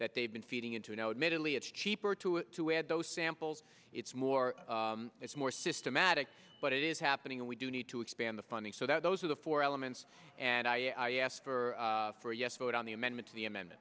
that they've been feeding into now admittedly it's cheaper to to add those samples it's more it's more systematic but it is happening and we do need to expand the funding so that those are the four elements and i asked for for a yes vote on the amendment